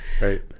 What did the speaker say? right